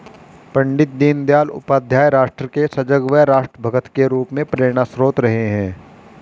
पण्डित दीनदयाल उपाध्याय राष्ट्र के सजग व राष्ट्र भक्त के रूप में प्रेरणास्त्रोत रहे हैं